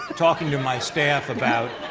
talking to my staff about,